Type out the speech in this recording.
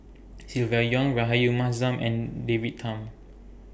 Silvia Yong Rahayu Mahzam and David Tham